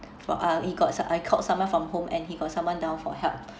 for uh he got so I called someone from home and he got someone down for help